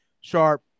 Sharp